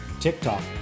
TikTok